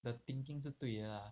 the thinking 是对的 lah